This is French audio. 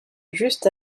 juste